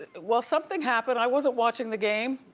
ah well, something happened, i wasn't watching the game.